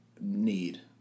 need